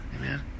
Amen